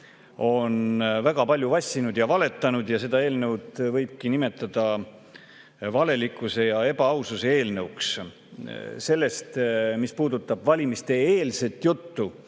on väga palju vassinud ja valetanud. Seda eelnõu võibki nimetada valelikkuse ja ebaaususe eelnõuks. Sellest, mis puudutab valimiste-eelset juttu